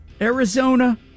Arizona